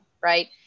Right